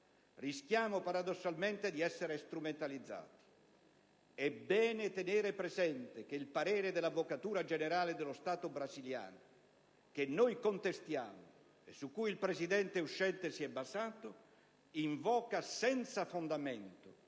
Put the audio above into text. rischiamo paradossalmente di essere strumentalizzati. È bene tenere presente che il parere dell'Avvocatura generale dello Stato brasiliana - che noi contestiamo e su cui il Presidente uscente si è basato - invoca, senza fondamento,